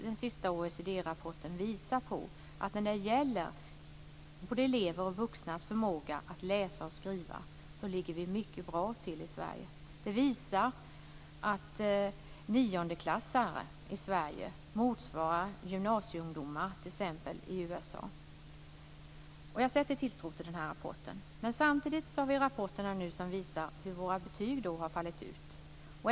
Den senaste OECD-rapporten visar att läs och skrivförmågan hos elever och vuxna är bra i Sverige. Den visar att niondeklassare i Sverige motsvarar gymnasieungdomar i t.ex. USA. Jag sätter tilltro till den rapporten. Samtidigt finns det rapporter som visar hur betygen har fallit ut.